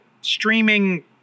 streaming